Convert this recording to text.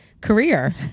career